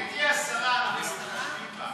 גברתי השרה, אנחנו מתחשבים בך.